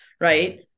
right